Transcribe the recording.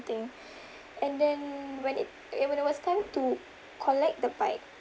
something and then when it eh when it was time to collect the bike